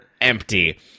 empty